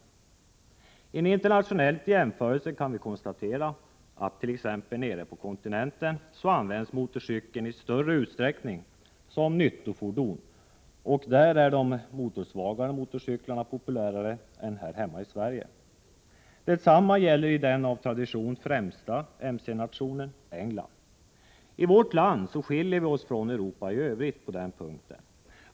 Vid en internationell jämförelse kan vi konstatera att motorcykeln t.ex. nere på kontinenten i större utsträckning används som nyttofordon. Där är också de motorsvagare motorcyklarna populärare än i Sverige. Detsamma gäller i den av tradition främsta mc-nationen — England. I vårt land skiljer vi oss från Europa i övrigt på den punkten.